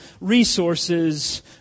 resources